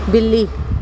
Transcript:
ਬਿੱਲੀ